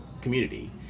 community